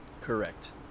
Correct